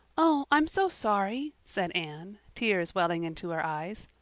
oh, i'm so sorry, said anne, tears welling into her eyes.